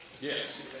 Yes